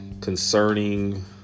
concerning